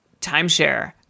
timeshare